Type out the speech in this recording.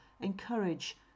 encourage